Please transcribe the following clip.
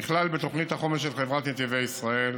נכלל בתוכנית החומש של חברת נתיבי ישראל.